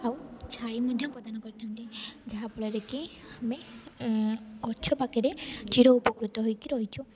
ଆଉ ଛାଇ ମଧ୍ୟ ପ୍ରଦାନ କରିଥାନ୍ତି ଯାହାଫଳରେ କି ଆମେ ଗଛ ପାଖରେ ଚିର ଉପକୃତ ହେଇକି ରହିଛୁ